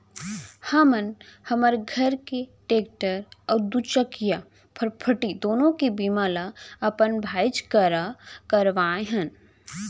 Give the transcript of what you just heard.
हमन हमर घर के टेक्टर अउ दूचकिया फटफटी दुनों के बीमा ल अपन भाईच करा करवाए हन